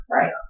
right